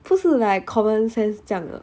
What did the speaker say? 不是 like common sense 这样的